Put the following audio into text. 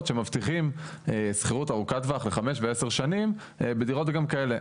שמבטיחים שכירות ארוכת טווח לחמש ועשר שנים בדירות גם כאלה.